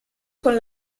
con